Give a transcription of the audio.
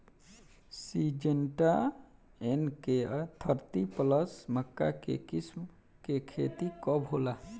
Syngenta NK thirty plus मक्का के किस्म के खेती कब होला?